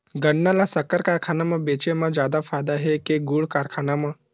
गन्ना ल शक्कर कारखाना म बेचे म जादा फ़ायदा हे के गुण कारखाना म?